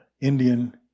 Indian